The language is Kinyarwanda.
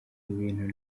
ibintu